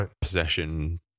possession